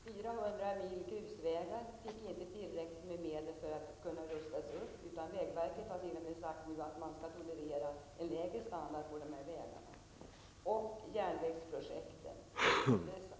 400 mil grusvägar fick inte tillräckligt mycket medel för att kunna rustas upp, utan vägverket har t.o.m. sagt att man skall tolerera en lägre standard på dessa vägar. Så till järnvägsprojekten.